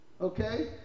okay